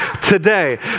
today